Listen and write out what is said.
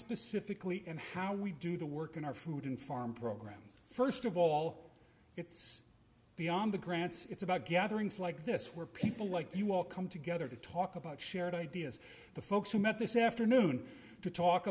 specifically and how we do the work in our food and farm program first of all it's beyond the grants it's about gatherings like this where people like you all come together to talk about shared ideas the folks who met this afternoon to talk